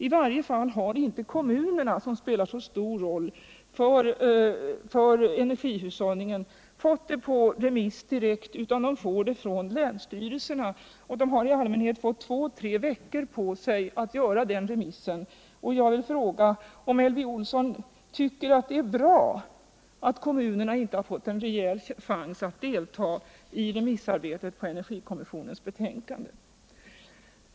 I varje fall har inte kommunerna, som spelar så stor roll för energihushållningen, fått betänkandet på remiss utan fått det via länsstyrelserna, och de har då i allmänhet fått två tre veckor på sig för att utarbeta remissvar. Jag vill fråga om Elvv Olsson tycker att det är bra att kommunerna inte har fått en rejäl chans att delta i remissarbetet vad gäller energikommissionens betänkande.